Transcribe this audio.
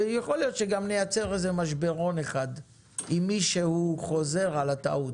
יכול להיות שגם נייצר משברון אחד עם מי שחוזר על הטעות.